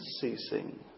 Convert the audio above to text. ceasing